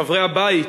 חברי הבית,